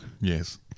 Yes